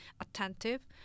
attentive